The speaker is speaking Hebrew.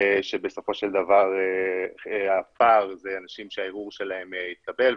שבסופו של דבר הפער זה אנשים שהערעור שלהם התקבל,